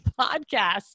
podcast